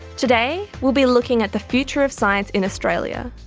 today, we'll be looking at the future of science in australia,